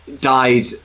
died